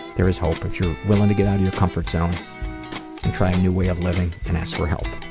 there is hope if you're willing to get out of your comfort zone and try a new way of living and ask for help.